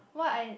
what I